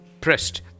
pressed